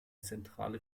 zentrale